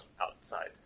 outside